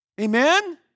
Amen